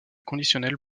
conditionnelle